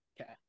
Okay